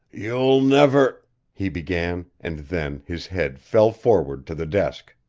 you'll never he began, and then his head fell forward to the desk.